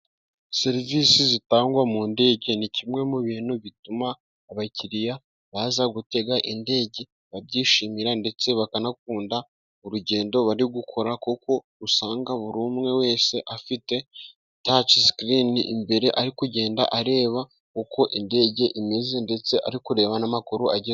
Serivisi zitangwa mu ndege， ni kimwe mu bintu bituma abakiriya baza gutega indege babyishimira，ndetse bakanakunda urugendo bari gukora， kuko usanga buri umwe wese afite taci sikirini imbere， ari kugenda areba uko indege imeze， ndetse ari kureba n'amakuru agezweho.